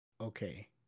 okay